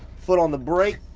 foot on the brake,